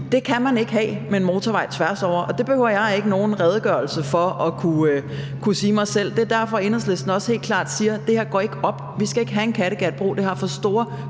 der, kan man ikke have med en motorvej tværs over, og det behøver jeg ikke nogen redegørelse for at kunne sige mig selv. Det er også derfor, Enhedslisten helt klart siger, at det her ikke går op. Vi skal ikke have en Kattegatbro, for det har for store